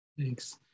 Thanks